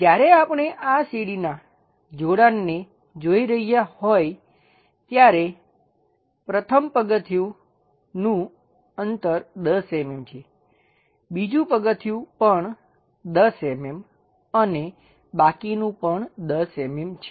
જ્યારે આપણે આ સીડીનાં જોડાણને જોઈ રહ્યા હોય ત્યારે પ્રથમ પગથિયાનું અંતર 10 mm છે બીજું પગથિયું પણ 10 mm અને બાકીનું પણ 10 mm છે